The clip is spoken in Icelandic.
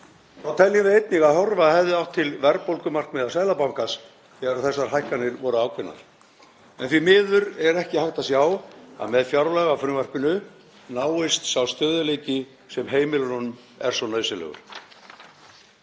Þá teljum við einnig að horfa hefði átt til verðbólgumarkmiða Seðlabankans þegar þessar hækkanir voru ákveðnar en því miður er ekki hægt að sjá að með fjárlagafrumvarpinu náist sá stöðugleiki sem heimilunum er svo nauðsynlegur.